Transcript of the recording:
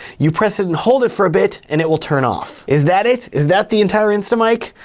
you press it and hold it for a bit, and it will turn off. is that it? is that the entire instamic?